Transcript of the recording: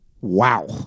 Wow